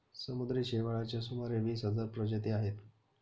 समुद्री शेवाळाच्या सुमारे वीस हजार प्रजाती आहेत